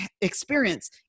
experience